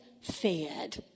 fed